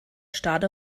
stade